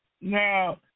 Now